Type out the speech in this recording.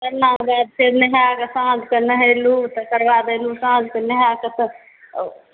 खरना भेल फेर नहाए कऽ साँझ कऽ नहेलहुँ तकर बाद एलहुँ नहा कऽ साँझके तब